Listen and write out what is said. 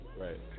Right